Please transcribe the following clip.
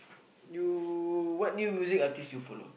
you what new music artiste you follow